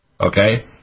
okay